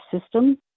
system